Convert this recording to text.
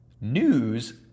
news